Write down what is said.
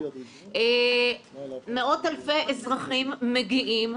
מאות אלפי אזרחים מגיעים.